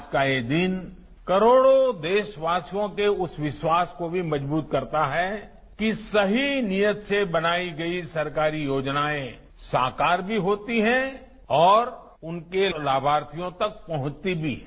आज का यह दिन करोड़ों देशवासियों के उस विश्वास को भी मजबूत करता है कि सही नियत से बनाई गई सरकारी योजनायें साकार भी होती हैं और उनके लाभार्थियों तक पहुंचती भी हैं